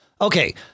Okay